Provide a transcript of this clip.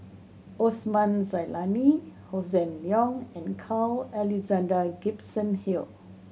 Osman Zailani Hossan Leong and Carl Alexander Gibson Hill